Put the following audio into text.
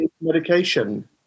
medication